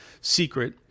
secret